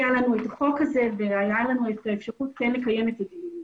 לנו את החוק הזה והייתה לנו אפשרות כן לקיים את הדיונים.